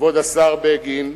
כבוד השר בגין.